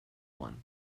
one